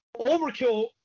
Overkill